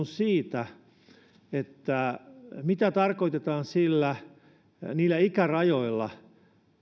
siitä mitä tarkoitetaan ikärajoilla